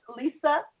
Lisa